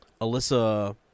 Alyssa